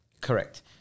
Correct